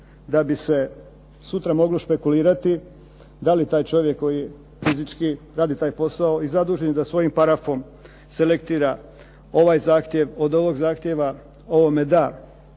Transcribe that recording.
da bi se sutra moglo špekulirati da li taj čovjek koji fizički radi taj posao i zadužen je da svojim parafom selektira ovaj zahtjev, od ovog zahtjeva ovome da